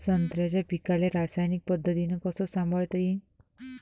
संत्र्याच्या पीकाले रासायनिक पद्धतीनं कस संभाळता येईन?